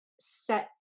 set